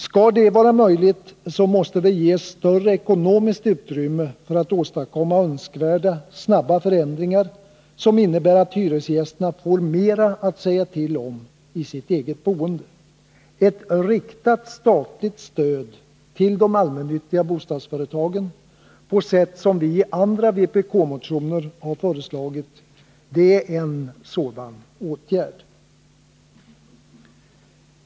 Skall det vara möjligt, måste det ges större ekonomiskt utrymme för att åstadkomma önskvärda, snabba förändringar som innebär att hyresgästerna får mera att säga till om i sitt eget boende. Ett riktat statligt stöd till de allmännyttiga bostadsföretagen på sätt som vi i andra vpk-motioner har föreslagit är en sådan åtgärd.